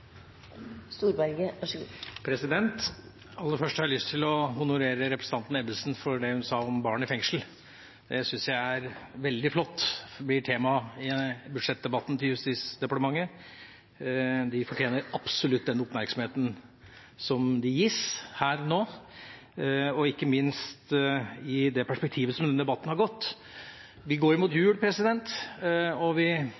Ebbesen for det hun sa om barn i fengsel. Jeg syns det er veldig flott at det blir tema i budsjettdebatten til Justisdepartementet. De fortjener absolutt den oppmerksomheten som de gis her nå, og ikke minst i det perspektivet som denne debatten har gått i. Vi går mot jul, og vi